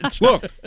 Look